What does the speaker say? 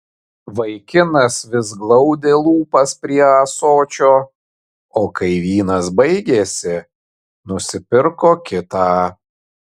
vaikinas vis glaudė lūpas prie ąsočio o kai vynas baigėsi nusipirko kitą